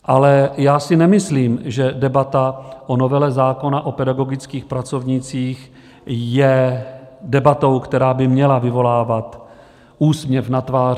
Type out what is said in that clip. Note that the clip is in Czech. Ale nemyslím si, že debata o novele zákona o pedagogických pracovnících je debatou, která by měla vyvolávat úsměv na tváři.